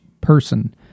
person